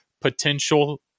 potential